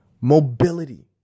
mobility